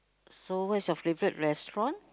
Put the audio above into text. so what is your favourite restaurant